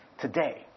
today